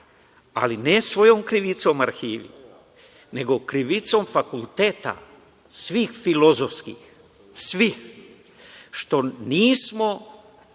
ali ne svojoj krivicom, arhivi, nego krivicom fakulteta, svih filozofskih, svih, što nismo